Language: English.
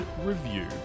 review